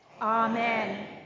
Amen